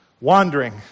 wandering